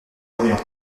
orient